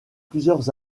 plusieurs